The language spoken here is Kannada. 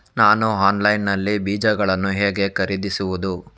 ನಾವು ಆನ್ಲೈನ್ ನಲ್ಲಿ ಬೀಜಗಳನ್ನು ಹೇಗೆ ಖರೀದಿಸುವುದು?